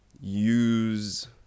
use